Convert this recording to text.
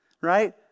right